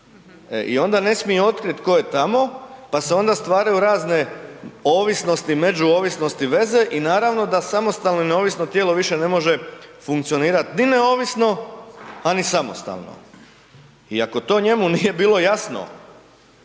e onda ne smije otkrit tko je tamo pa se onda stvaraju razne ovisnosti, međuovisnosti veze i naravno da samostalno i neovisno tijelo više ne može funkcionirati ni neovisno, a ni samostalno. I ako to njemu nije bilo jasno,